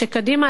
שקדימה,